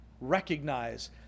recognize